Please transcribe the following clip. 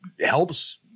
helps